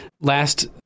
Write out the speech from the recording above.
last